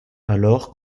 alors